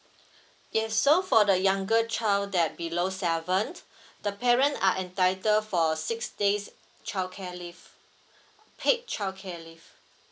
yes so for the younger child that below seven the parent are entitle for a six days childcare leave paid childcare leave